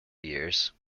years